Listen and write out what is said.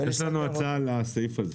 יש לנו הצעה לסעיף הזה.